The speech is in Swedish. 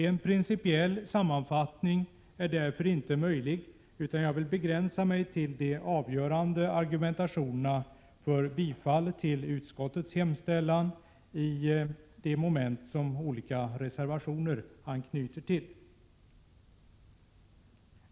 En principiell sammanfattning är därför inte möjlig, utan jag vill begränsa mig till de avgörande argumenten för bifall till utskottets hemställan i de moment som olika reservationer anknyter till.